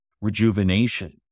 rejuvenation